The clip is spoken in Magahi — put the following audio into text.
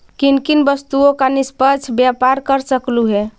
किन किन वस्तुओं का निष्पक्ष व्यापार कर सकलू हे